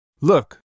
Look